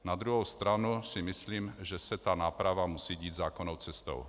Na druhou stranu si myslím, že se náprava musí dít zákonnou cestou.